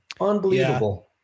Unbelievable